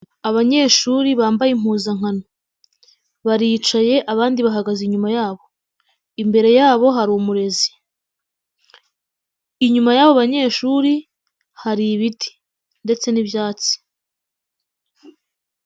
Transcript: Abanyeshuri bambaye impuzankano baricaye abandi bahagaze inyuma yabo, imbere yabo hari umurezi, inyuma y'abo banyeshuri hari ibiti ndetse n'ibyatsi.